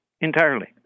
entirely